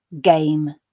game